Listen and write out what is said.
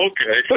Okay